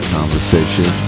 Conversation